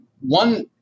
one